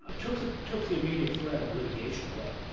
ah took the took the immediate threat of litigation away.